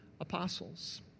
Apostles